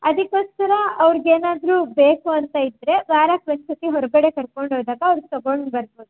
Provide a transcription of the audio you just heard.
ಅದಕ್ಕೋಸ್ಕರ ಅವರಿಗೇನಾದರೂ ಬೇಕು ಅಂತ ಇದ್ದರೆ ವಾರಕ್ಕೊಂದು ಸತಿ ಹೊರಗಡೆ ಕರ್ಕೊಂಡು ಹೋದಾಗ ಅವರು ತಗೊಂಡು ಬರಬಹುದು